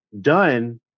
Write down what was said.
done